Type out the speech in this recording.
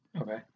Okay